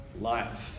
life